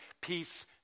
Peace